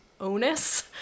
onus